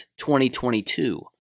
2022